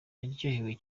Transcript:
yaryohewe